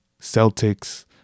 Celtics